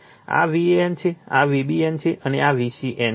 આ VAN છે આ VBN છે અને આ VCN છે